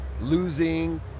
losing